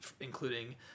including